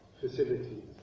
facilities